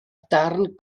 darn